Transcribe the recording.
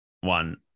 one